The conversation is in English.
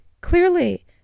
Clearly